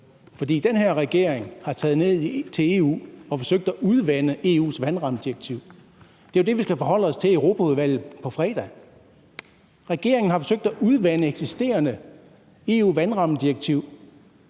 for den her regering er taget ned til EU og har forsøgt at udvande EU's vandrammedirektiv. Det er jo det, vi skal forholde os til i Europaudvalget på fredag. Regeringen har forsøgt at udvande det eksisterende EU-vandrammedirektiv,